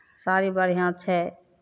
साड़ी बढिऑं छै